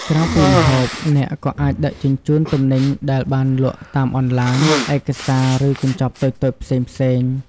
ក្រៅពីម្ហូប អ្នកក៏អាចដឹកជញ្ជូនទំនិញដែលបានលក់តាមអនឡាញ ឯកសារ ឬកញ្ចប់តូចៗផ្សេងៗ។